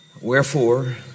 wherefore